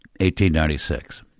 1896